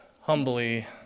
humbly